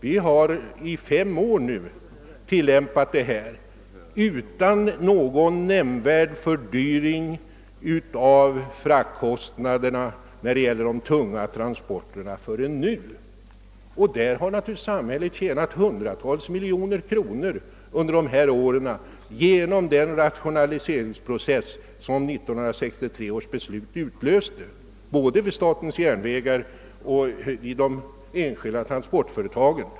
Vi har nu i fem år tillämpat detta utan någon nämnvärd fördyring av fraktkostnaderna för de tunga transporterna förrän nu, och samhället har tjänat hundratals miljoner kronor under dessa år genom den rationaliseringsprocess som 1963 års beslut utlöste både vid statens järnvägar och i de enskilda transportföretagen.